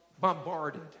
bombarded